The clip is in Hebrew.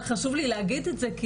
רק חשוב לי להגיד את זה,